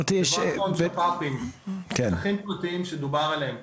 דבר אחרון שפפי"ם שדובר עליהם.